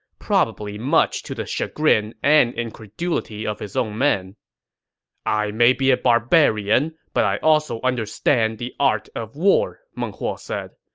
probably much to the chagrin and incredulity of his own men i may be a barbarian, but i also understand the art of war, meng huo said,